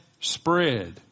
spread